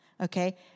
Okay